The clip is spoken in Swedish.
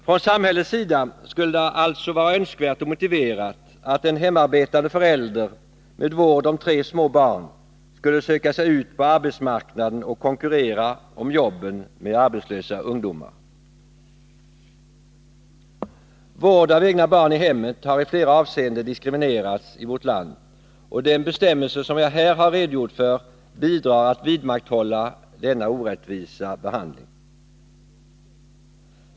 Från samhällets sida skulle det alltså vara önskvärt och motiverat att en hemarbetande förälder med vård om tre små barn skulle söka sig ut på arbetsmarknaden och konkurrera med arbetslösa ungdomar om jobben. Vård av egna barn i hemmet har i flera avseenden diskriminerats i vårt land, och den bestämmelsen som jag här har redogjort för bidrar till att vidmakthålla denna orättvisa behandling.